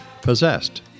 Possessed